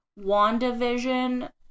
WandaVision